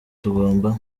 tugomba